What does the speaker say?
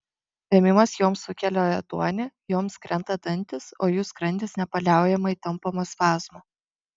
vėmimas joms sukelia ėduonį joms krenta dantys o jų skrandis nepaliaujamai tampomas spazmų